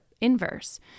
inverse